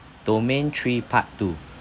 domain three part two